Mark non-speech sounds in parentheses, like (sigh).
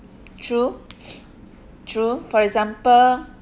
true (breath) true for example